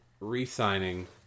re-signing